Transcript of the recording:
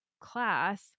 class